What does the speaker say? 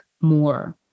more